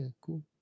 cool